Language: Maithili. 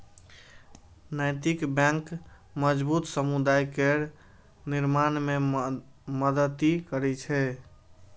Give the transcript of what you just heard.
नैतिक बैंक मजबूत समुदाय केर निर्माण मे मदति करै छै